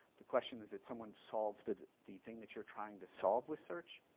the question is that someone solves the the thing that you're trying to solve with search,